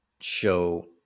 show